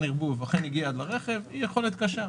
ערבוב אכן הגיע לרכב היא יכולה קשה.